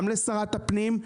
גם לשרת הפנים,